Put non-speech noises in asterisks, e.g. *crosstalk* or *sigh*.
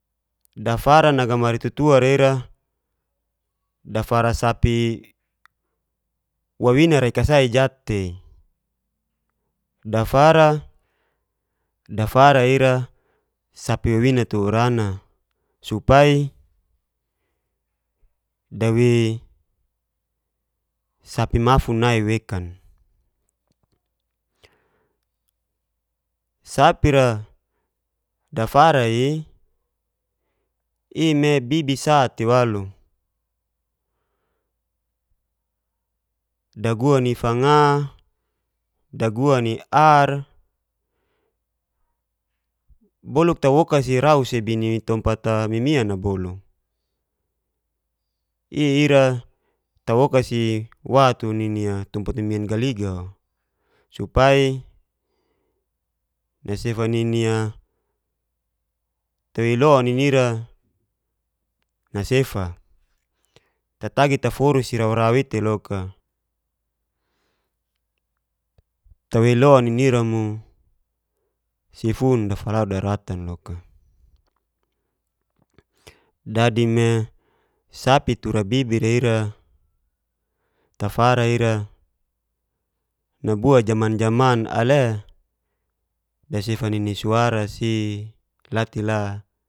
Dafara naga mari tutuar ira dafara sapi wawina'ra kasai jat'tei, dafara ira sapi wawina tu urana supai dawe sapi wafun nai wekan. Sapi'ra dafara'i i'me bibi sate walu daguan'i fanga, daguan'i ar, boluk tawokas'i rau sebi ni tompat'a mimian'a bolu i'ira tawokas'i wa tu nin tompat mimian galiga'o supai nasefa nini'a *hesitation* tewei ilu nini ira nasefa, tatagi taforu si raurau it'teloka tawei ilu nini ira mo sifun dafalaru daratan loka. Dadi me sapi tura bibira ira tafara ira nabua jaman-jaman ale dasefa nini suara si latila